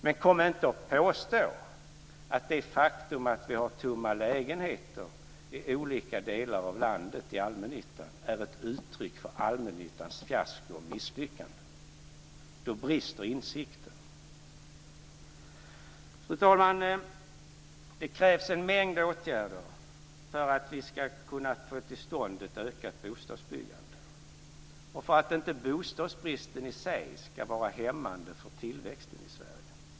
Men kom inte påstå att det faktum att vi har tomma lägenheter i allmännyttan i olika delar av landet är ett uttryck för allmännyttans fiasko och misslyckande! Då brister insikten. Fru talman! Det krävs en mängd åtgärder för att vi ska kunna få till stånd ett ökat bostadsbyggande och för att inte bostadsbristen i sig ska vara hämmande för tillväxten i Sverige.